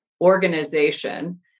organization